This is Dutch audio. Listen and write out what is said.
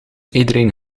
iedereen